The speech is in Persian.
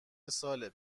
ساله